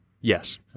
Yes